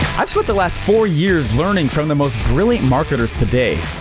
i've spent the last four years learning from the most brilliant marketers today.